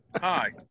Hi